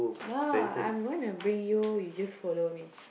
no I'm gonna bring you you just follow me